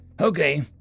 Okay